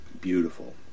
beautiful